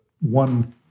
one